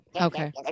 okay